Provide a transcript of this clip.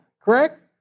correct